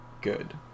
good